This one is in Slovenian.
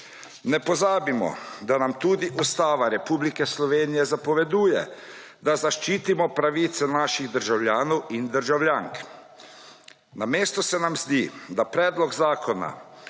Ne pozabimo, da nam tudi Ustava Republike Slovenije zapoveduje, da zaščitimo pravice naših državljanov in državljank. Na mestu se nam zdi, da predlog zakona